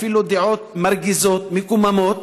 אפילו דעות מרגיזות ומקוממות.